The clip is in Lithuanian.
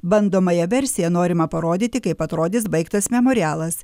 bandomąja versija norima parodyti kaip atrodys baigtas memorialas